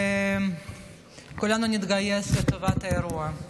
וכולנו נתגייס לטובת האירוע.